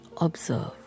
observe